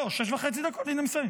לא, שש וחצי דקות ואני מסיים.